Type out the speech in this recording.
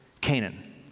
Canaan